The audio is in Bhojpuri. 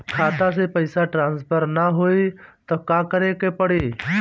खाता से पैसा ट्रासर्फर न होई त का करे के पड़ी?